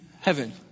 heaven